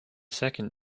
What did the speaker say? second